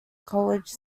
college